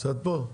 נמצאת פה?